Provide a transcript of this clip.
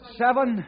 seven